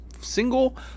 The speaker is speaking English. single